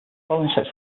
following